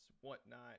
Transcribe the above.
whatnot